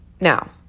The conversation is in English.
Now